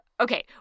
Okay